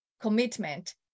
Commitment